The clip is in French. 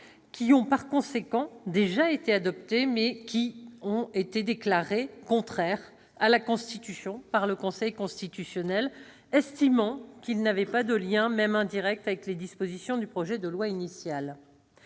qui ont, donc, déjà été adoptés, mais qui ont été déclarés contraires à la Constitution par le Conseil constitutionnel, celui-ci estimant qu'ils n'avaient pas de lien, même indirect, avec les dispositions du projet de loi initial.